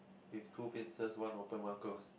with two pincers one open one close